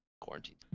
quarantine